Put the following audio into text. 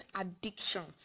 addictions